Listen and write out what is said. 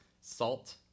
Salt